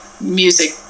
music